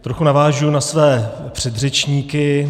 Trochu navážu na své předřečníky.